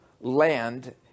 land